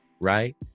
right